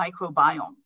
microbiome